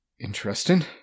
Interesting